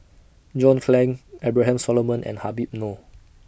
John Clang Abraham Solomon and Habib Noh